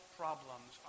problems